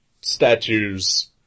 statues